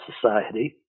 society